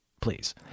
please